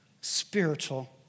spiritual